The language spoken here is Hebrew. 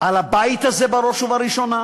על הבית הזה בראש ובראשונה,